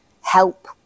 help